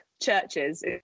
churches